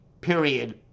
period